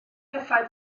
pethau